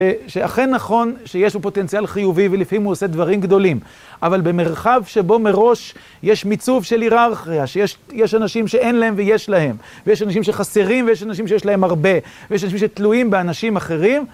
שאכן נכון שיש לו פוטנציאל חיובי ולפעמים הוא עושה דברים גדולים, אבל במרחב שבו מראש יש מיצוב של היררכיה, שיש אנשים שאין להם ויש להם, ויש אנשים שחסרים ויש אנשים שיש להם הרבה, ויש אנשים שתלויים באנשים אחרים,